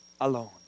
alone